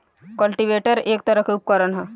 cultivator एक तरह के उपकरण ह